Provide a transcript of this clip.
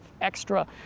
extra